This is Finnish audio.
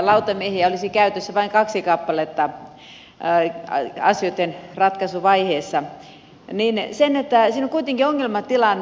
lautamiehiä olisi käytössä vain kaksi kappaletta asioitten ratkaisuvaiheessa niin siinä on kuitenkin ongelmatilanne